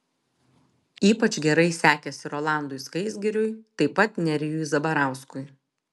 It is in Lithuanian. ypač gerai sekėsi rolandui skaisgiriui taip pat nerijui zabarauskui